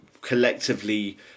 collectively